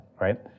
right